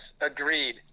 agreed